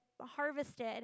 harvested